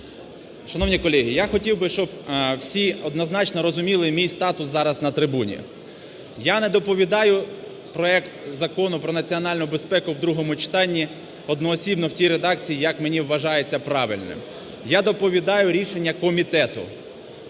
Шановні колеги! Я хотів би, щоб всі однозначно розуміли мій статус зараз на трибуні. Я не доповідаю проект Закону про національну безпеку в другому читанні одноосібно в тій редакції, як мені вважається правильним. Я доповідаю рішення комітету.